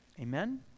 Amen